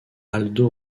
aldo